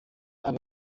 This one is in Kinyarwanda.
aba